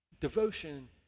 devotion